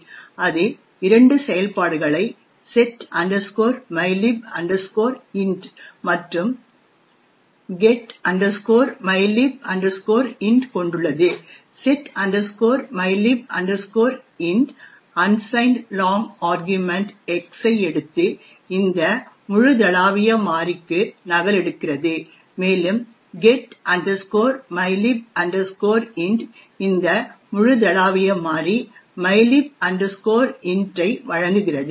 அது இரண்டு செயல்பாடுகளை set mylib int மற்றும் get mylib int கொண்டுள்ளது set mylib int unsigned long argument X ஐ எடுத்து இந்த முழுதளாவிய மாறிக்கு நகலெடுக்கிறது மேலும் get mylib int இந்த முழுதளாவிய மாறி mylib int ஐ வழங்குகிறது